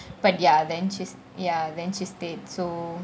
but ya then she ya then she stayed so